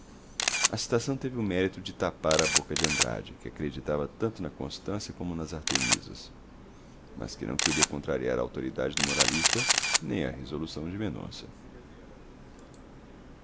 a citação teve o mérito de tapar a boca de andrade que acreditava tanto na constância como nas artemisas mas que não queria contrariar a autoridade do moralista nem a resolução de mendonça